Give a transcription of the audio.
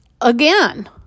again